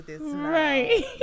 Right